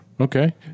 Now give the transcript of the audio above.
Okay